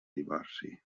divorci